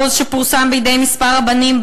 קרא כרוז שפורסם על-ידי כמה רבנים,